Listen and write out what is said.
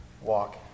walk